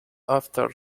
after